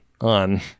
on